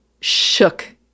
shook